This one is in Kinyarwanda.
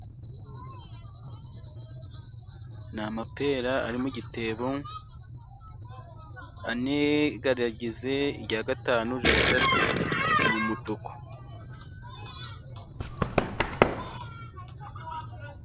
Ni amapera ari mu gitebo, ane aragize, irya gatanu rirasatuye. Ni umutuku .